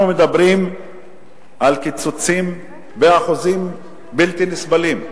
אנחנו מדברים על קיצוצים באחוזים בלתי נסבלים.